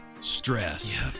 stress